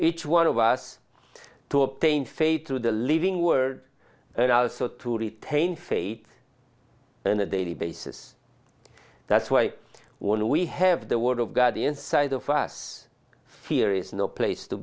each one of us to obtain faith to the living word and also to retain fate in a daily basis that's why when we have the word of god inside of us fear is no place to